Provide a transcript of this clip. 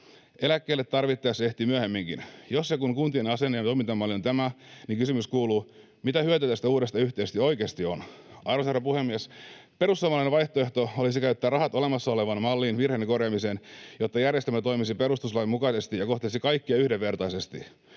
Eläkkeelle ehtii tarvittaessa myöhemminkin. Jos ja kun kuntien asenne ja toimintamalli on tämä, niin kysymys kuuluu: mitä hyötyä tästä uudesta yhtiöstä oikeasti on? Arvoisa herra puhemies! Perussuomalainen vaihtoehto olisi käyttää rahat olemassa olevan mallin virheiden korjaamiseen, jotta järjestelmä toimisi perustuslain mukaisesti ja kohtelisi kaikkia yhdenvertaisesti.